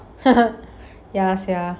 ya sia